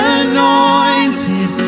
anointed